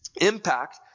impact